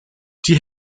die